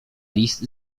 list